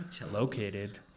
located